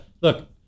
look